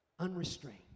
unrestrained